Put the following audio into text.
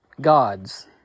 gods